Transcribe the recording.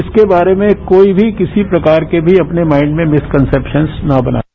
इसके बारे में कोई भी किसी प्रकार के अपने माइंड में मिसकंसेप्शंस न बनाएं